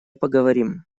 поговорим